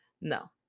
no